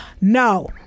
no